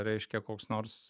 reiškia koks nors